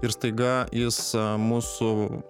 ir staiga jis mūsų